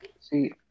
See